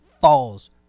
falls